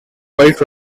weight